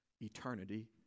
eternity